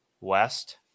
West